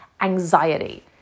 anxiety